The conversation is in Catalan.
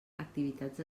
activitats